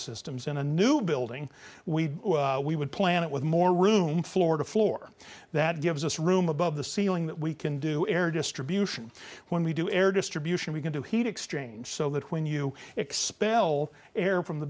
systems in a new building we we would plan it with more room floor to floor that gives us room above the ceiling that we can do air distribution when we do air distribution we can do heat exchange so that when you expel air from the